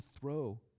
throw